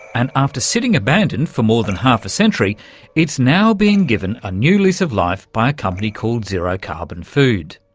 and after sitting abandoned for more than half a century it's now being given a new lease of life by a company called zero carbon food.